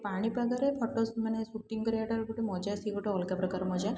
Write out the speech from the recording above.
ପାଣି ପାଗରେ ଫଟୋ ମାନେ ସୁଟିଙ୍ଗ କରିବାଟା ସେ ଗୋଟେ ମଜା ସେ ଗୋଟେ ଅଲଗା ପ୍ରକାର ମଜା